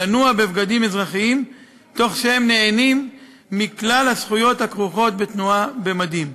לנוע בבגדים אזרחיים תוך שהם נהנים מכלל הזכויות הכרוכות בתנועה במדים.